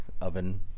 oven